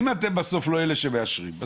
אם אתם בסוף לא אלה שמבצעים את זה,